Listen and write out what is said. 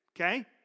Okay